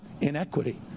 inequity